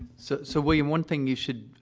so so, william, one thing you should,